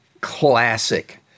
classic